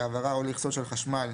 להעברה או לאחסון של חשמל,